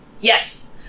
Yes